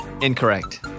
Incorrect